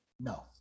No